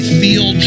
feel